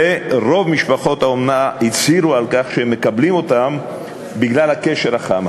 ורוב משפחות האומנה הצהירו שהן מקבלות אותם בגלל הקשר החם.